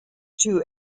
two